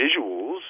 visuals